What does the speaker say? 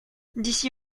d’ici